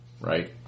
right